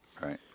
Right